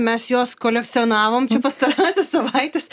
mes juos kolekcionavom čia pastarąsias savaites